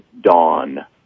dawn